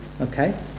okay